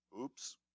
Oops